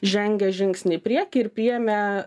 žengia žingsnį į priekį ir priėmė